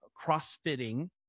CrossFitting